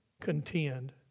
contend